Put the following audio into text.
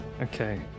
Okay